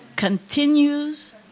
continues